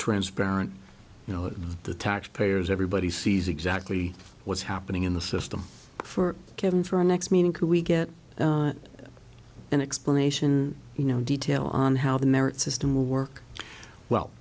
transparent you know the tax payers everybody sees exactly what's happening in the system for kevin for our next meeting could we get an explanation you know detail on how the merit system will work well